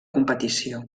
competició